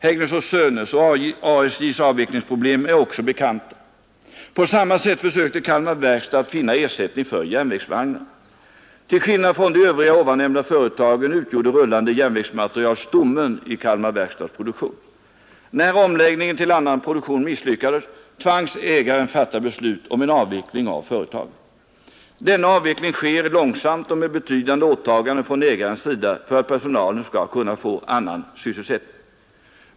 Hägglund & Söners och ASJ:s avvecklingsproblem är också bekanta. På samma sätt försökte Kalmar verkstad att finna ersättning för järnvägsvagnarna. Till skillnad från förhållandena hos de övriga här nämnda företagen utgjorde rullande järnvägsmateriel stommen i Kalmar verkstads produktion. När omläggningen till annan produktion misslyckades, tvangs ägaren fatta beslut om avveckling av företaget. Denna avveckling sker långsamt och med betydande åtaganden från ägarens sida för att personalen skall kunna få annan sysselsättning.